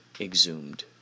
exhumed